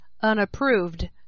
unapproved